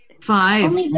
five